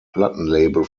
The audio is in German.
plattenlabel